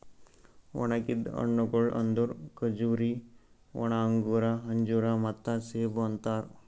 ಒಣುಗಿದ್ ಹಣ್ಣಗೊಳ್ ಅಂದುರ್ ಖಜೂರಿ, ಒಣ ಅಂಗೂರ, ಅಂಜೂರ ಮತ್ತ ಸೇಬು ಅಂತಾರ್